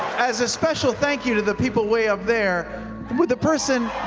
as a special thank you to the people way up there, would the person,